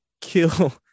kill